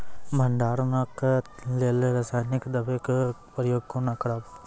भंडारणक लेल रासायनिक दवेक प्रयोग कुना करव?